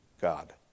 God